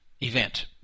event